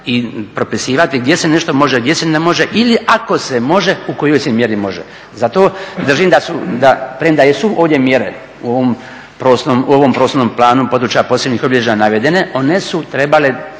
i propisivati gdje se nešto može, gdje se ne može ili ako se može, u kojoj se mjeri može. Zato držim da su, premda jesu ovdje mjere u ovom prostornom planu područja posebnih obilježja navedene, one su trebale